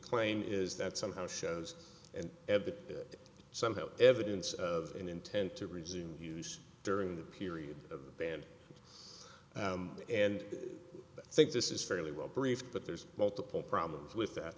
claim is that somehow shows and ever somehow evidence of an intent to resume use during the period of the band and i think this is fairly well brief but there's multiple problems with that